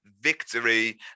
victory